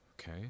okay